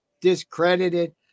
discredited